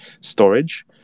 storage